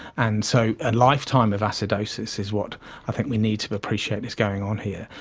and so a lifetime of acidosis is what i think we need to appreciate is going on here.